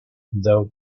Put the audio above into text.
though